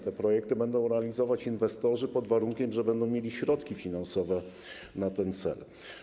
Te projekty będą realizować inwestorzy, pod warunkiem że będą mieli środki finansowe na ten cel.